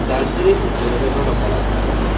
चार्जरी system नुहाड़ा जेह्का ओह् बड़ा खराब था